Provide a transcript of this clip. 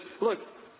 look